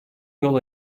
yol